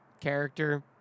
character